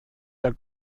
der